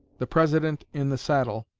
the president in the saddle